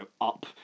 up